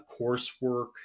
coursework